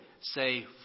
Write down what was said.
say